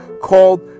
called